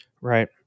Right